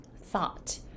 thought